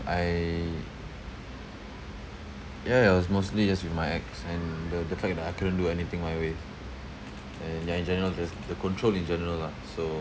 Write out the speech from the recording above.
I yeah it was mostly just with my ex and the the fact that I couldn't do anything my way and ya in general the s~ the control in general lah so~